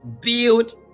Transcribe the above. build